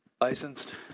Licensed